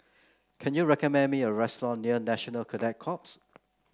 can you recommend me a restaurant near National Cadet Corps